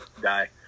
die